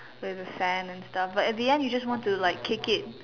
with the sand and stuff but in the end you just want to kick it